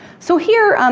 so here,